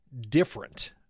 different